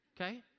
okay